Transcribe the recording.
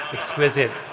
exquisite,